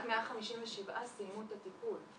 רק 157 סיימו את הטיפול.